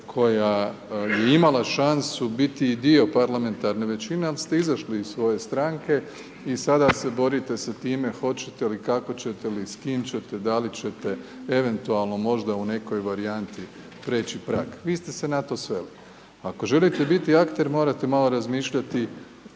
koja je imala šansu biti dio parlamentarne većine, vi ste izašli iz svoje stranke, i sada se borite sa time, hoćete li i kako ćete i s kim ćete, da li ćete, eventualno možda u nekoj varijanti preći prag. Vi ste se na to sveli. Ako želite biti akter, morate malo razmišljati